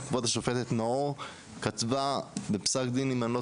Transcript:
כבוד השופטת נאור כתבה בפסק דין אם אני לא